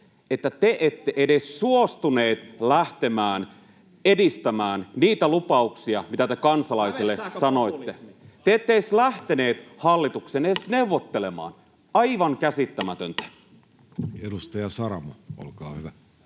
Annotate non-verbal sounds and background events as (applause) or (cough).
että te ette edes suostuneet lähtemään edistämään niitä lupauksia, mitä te kansalaisille sanoitte. Te ette edes lähteneet hallitukseen, (noise) edes neuvottelemaan — aivan käsittämätöntä. [Antti Kurvinen pyytää